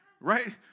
right